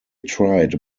tried